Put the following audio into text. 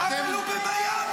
אבל הוא במיאמי.